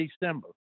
December